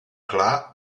clar